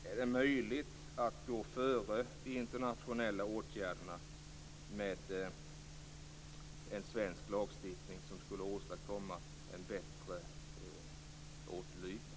Är det möjligt att gå före de internationella åtgärderna med en svensk lagstiftning som skulle åstadkomma en bättre åtlydnad?